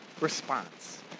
response